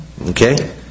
Okay